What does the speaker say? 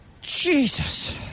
Jesus